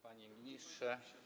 Panie Ministrze!